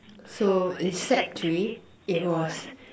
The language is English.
so in sec three it was